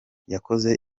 yakoze